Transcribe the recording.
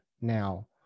now